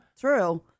True